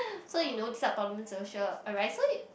so you know this type of problems will sure arise so you